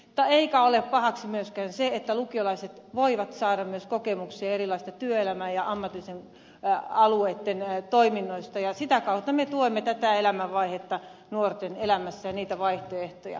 mutta ei ole pahaksi myöskään se että lukiolaiset voivat saada myös kokemuksia erilaisista työelämän ja ammatillisten alueitten toiminnoista ja sitä kautta me tuemme tätä elämänvaihetta nuorten elämässä ja niitä vaihtoehtoja